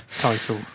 title